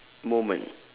moment